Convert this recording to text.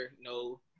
no